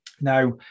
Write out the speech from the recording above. now